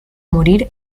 morir